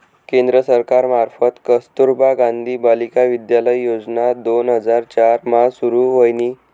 केंद्र सरकार मार्फत कस्तुरबा गांधी बालिका विद्यालय योजना दोन हजार चार मा सुरू व्हयनी